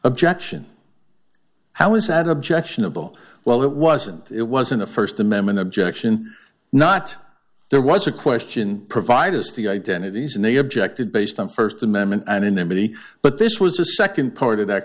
objection how is that objectionable well it wasn't it wasn't a st amendment objection not there was a question provide us the identities and they objected based on st amendment anonymity but this was a nd part of that